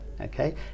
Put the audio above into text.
okay